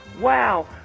Wow